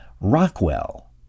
Rockwell